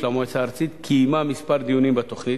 של המועצה הארצית, קיימה כמה דיונים בתוכנית.